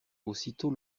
aussitôt